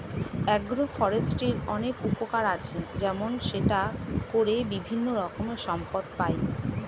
agro ফরেস্ট্রির অনেক উপকার আছে, যেমন সেটা করে বিভিন্ন রকমের সম্পদ পাই